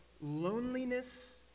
loneliness